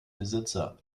besitzer